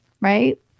right